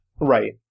Right